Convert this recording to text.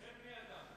ובני-אדם.